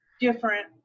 different